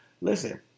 listen